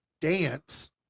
dance